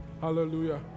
Hallelujah